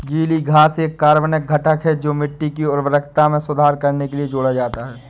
गीली घास एक कार्बनिक घटक है जो मिट्टी की उर्वरता में सुधार करने के लिए जोड़ा जाता है